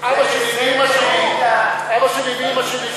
אבא שלי ואימא שלי,